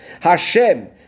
Hashem